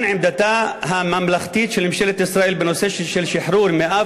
עמדתה הממלכתית של ממשלת ישראל בנושא של שחרור 104